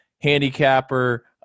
handicapper